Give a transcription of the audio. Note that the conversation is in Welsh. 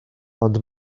ond